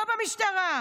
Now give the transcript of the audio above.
לא במשטרה,